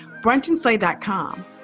Brunchandslay.com